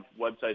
websites